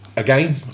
Again